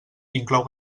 inclou